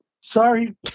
sorry